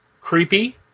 Creepy